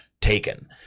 taken